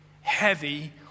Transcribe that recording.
heavy